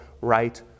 right